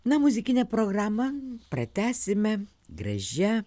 na muzikinę programą pratęsime gražia